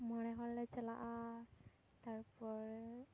ᱢᱚᱬᱮ ᱦᱚᱲ ᱞᱮ ᱪᱟᱞᱟᱜᱼᱟ ᱛᱟᱨᱯᱚᱨ